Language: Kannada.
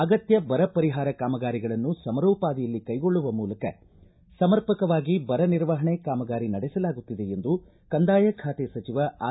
ಅಗತ್ತ ಬರ ಪರಿಹಾರ ಕಾಮಗಾರಿಗಳನ್ನು ಸಮರೋಪಾದಿಯಲ್ಲಿ ಕೈಗೊಳ್ಳುವ ಮೂಲಕ ಸಮರ್ಪಕವಾಗಿ ಬರ ನಿರ್ವಹಣೆ ಕಾಮಗಾರಿ ನಡೆಸಲಾಗುತ್ತಿದೆ ಎಂದು ಕಂದಾಯ ಖಾತೆ ಸಚಿವ ಆರ್